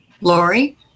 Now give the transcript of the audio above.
Lori